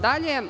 Dalje.